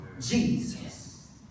Jesus